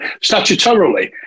statutorily